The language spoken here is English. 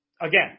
Again